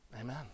Amen